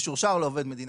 משורשר לעובד מדינה,